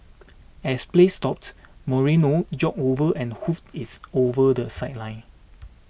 as play stopped Moreno jogged over and hoofed its over the sideline